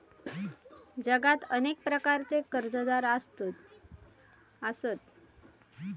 जगात अनेक प्रकारचे कर्जदार आसत